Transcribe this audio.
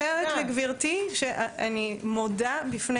אז אני אומרת לגברתי שאני מודה בפני